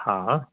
हा